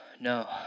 No